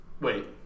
Wait